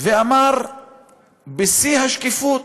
ואמר בשיא השקיפות,